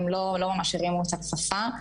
הם לא ממש 'הרימו את הכפפה'.